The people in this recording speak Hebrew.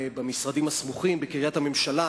במשרדים הסמוכים בקריית הממשלה,